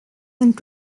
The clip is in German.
sind